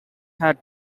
had